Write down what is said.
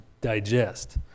digest